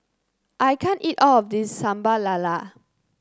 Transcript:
I can't eat all of this Sambal Lala